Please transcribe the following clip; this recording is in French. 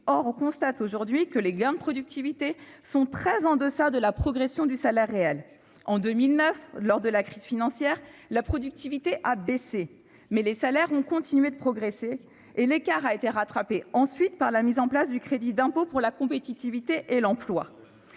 Or l'on constate aujourd'hui que les gains de productivité sont très en deçà de la progression du salaire réel. En 2009, lors de la crise financière, la productivité a baissé, mais les salaires ont continué de progresser, et l'écart a été rattrapé ensuite par la mise en place du crédit d'impôt pour la compétitivité et l'emploi